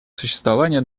существования